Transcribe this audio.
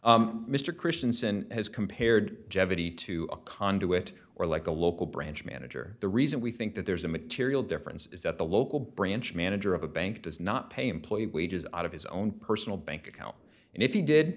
man mr christianson has compared jeopardy to a conduit or like a local branch manager the reason we think that there's a material difference is that the local branch manager of a bank does not pay employees wages out of his own personal bank account and if he did